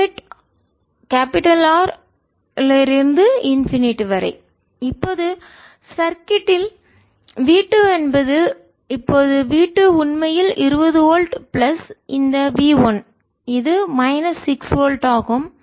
limit R→∞ V1 6010 6V இப்போது circuit சுற்று யில் V2 என்பது இப்போது V2 உண்மையில் 20 வோல்ட் பிளஸ் இந்த V 1 இது மைனஸ் 6 வோல்ட் ஆகும்